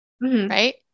right